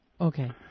Okay